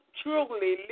truly